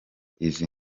izi